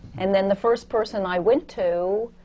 and then the first person i went to,